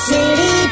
City